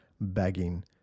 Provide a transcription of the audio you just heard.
begging